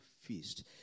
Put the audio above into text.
feast